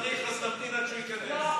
מצוין, אז נמתין עד שהוא ייכנס.